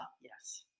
Yes